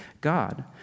God